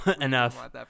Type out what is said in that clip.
enough